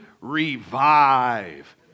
revive